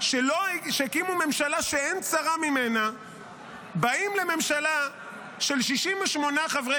שהקימו ממשלה שאין צרה ממנה באים לממשלה של 68 חברי